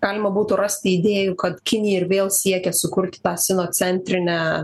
galima būtų rasti idėjų kad kinija ir vėl siekia sukurti tą sinocentrinę